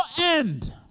end